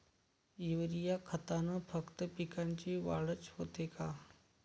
Urea खतानं फक्त पिकाची वाढच होते का?